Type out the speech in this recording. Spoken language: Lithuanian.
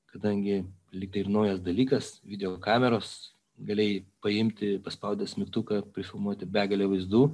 kadangi lyg tai ir naujas dalykas videokameros galėjai paimti paspaudęs mygtuką prifilmuoti begalę vaizdų